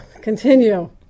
continue